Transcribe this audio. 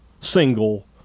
single